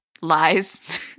lies